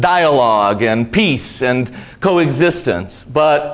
dialogue and peace and coexistence but